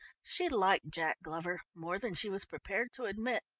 she liked jack glover more than she was prepared to admit,